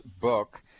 book